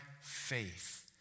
faith